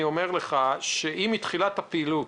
אני אומר לך שאם מתחילת הפעילות,